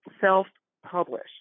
self-publish